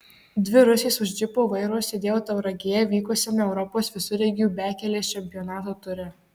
dvi rusės už džipo vairo sėdėjo tauragėje vykusiame europos visureigių bekelės čempionato ture